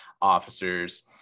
officers